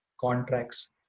contracts